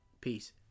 Peace